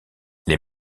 les